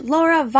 Laura